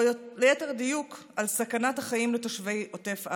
או ליתר דיוק על סכנת החיים לתושבי עוטף עזה,